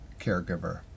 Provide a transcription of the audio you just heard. caregiver